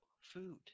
food